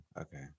okay